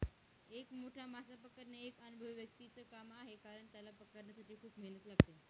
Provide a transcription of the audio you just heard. एक मोठा मासा पकडणे एका अनुभवी व्यक्तीच च काम आहे कारण, त्याला पकडण्यासाठी खूप मेहनत लागते